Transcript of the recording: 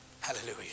hallelujah